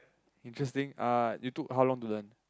interesting uh you took how long to learn